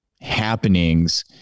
happenings